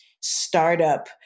startup